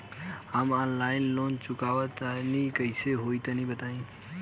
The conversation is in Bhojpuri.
हम आनलाइन लोन चुकावल चाहऽ तनि कइसे होई तनि बताई?